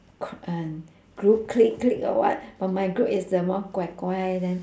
gr~ uh group clique clique or what but my group is the more guai guai then